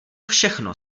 všechno